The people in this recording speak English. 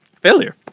Failure